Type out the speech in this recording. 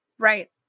Right